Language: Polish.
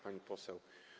Pani Poseł!